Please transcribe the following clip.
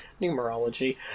Numerology